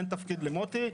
אין תפקיד למוטי,